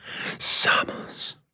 Samus